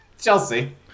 Chelsea